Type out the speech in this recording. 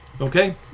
Okay